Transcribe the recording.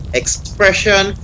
expression